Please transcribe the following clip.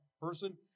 person